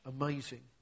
amazing